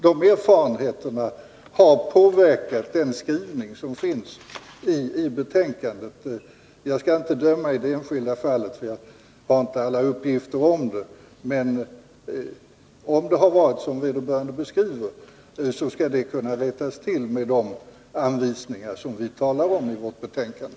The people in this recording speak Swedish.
De erfarenheterna har påverkat skrivningen i betänkandet. Jag skall inte döma i det enskilda fallet — jag har inte alla uppgifter om det — men om det varit så som vederbörande beskriver skall det kunna rättas till med de anvisningar som vi talar om i vårt betänkande.